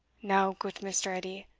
now, goot mr. edie,